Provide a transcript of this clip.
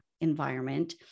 environment